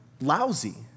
lousy